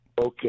Okay